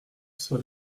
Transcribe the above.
sur